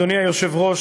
אדוני היושב-ראש,